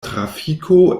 trafiko